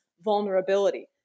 vulnerability